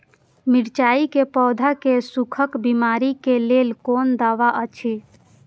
मिरचाई के पौधा के सुखक बिमारी के लेल कोन दवा अछि?